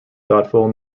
thoughtful